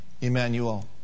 Emmanuel